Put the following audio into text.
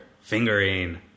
fingering